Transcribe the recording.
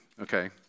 okay